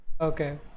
Okay